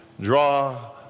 draw